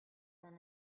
than